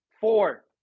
Four